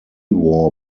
war